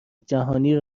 جهانی